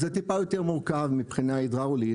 זה טיפה יותר מורכב מבחינה הידראולית,